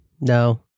no